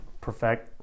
Perfect